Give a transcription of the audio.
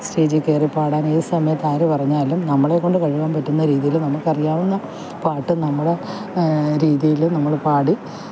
സ്റ്റേജിൽ കയറി പാടാന് ഏത് സമയത്താര് പറഞ്ഞാലും നമ്മളെക്കൊണ്ട് കഴിവതും പറ്റുന്ന രീതിയില് നമുക്ക് അറിയാവുന്ന പാട്ട് നമ്മുടെ രീതിയിൽ നമ്മള് പാടി